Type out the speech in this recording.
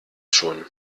schon